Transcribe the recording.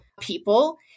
people